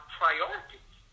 priorities